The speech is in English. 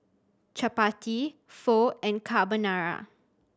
Chapati Pho and Carbonara